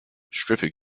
stripping